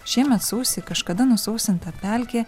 šiemet sausį kažkada nusausinta pelkė